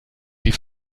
die